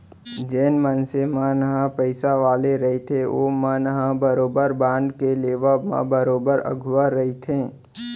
जेन मनसे मन ह पइसा वाले रहिथे ओमन ह बरोबर बांड के लेवब म बरोबर अघुवा रहिथे